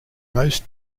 most